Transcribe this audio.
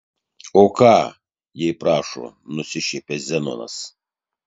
o ką jei prašo nusišiepia zenonas